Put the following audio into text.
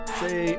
say